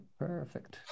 perfect